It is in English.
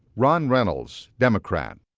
ron reynolds, democrat.